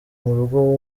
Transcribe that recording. murugo